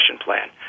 plan